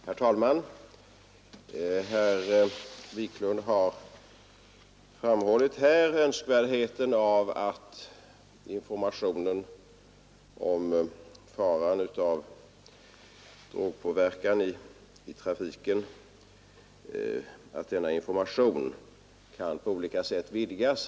Herr talman! Herr Wiklund i Stockholm har framhållit önskvärdheten av att informationen om faran av drogpåverkan i trafiken på olika sätt vidgas.